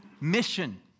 mission